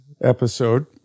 episode